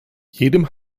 jedem